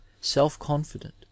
self-confident